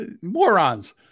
Morons